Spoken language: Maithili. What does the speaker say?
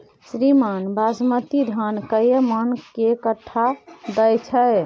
श्रीमान बासमती धान कैए मअन के कट्ठा दैय छैय?